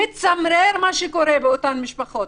מצמרר מה שקורה באותן משפחות.